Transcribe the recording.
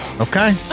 Okay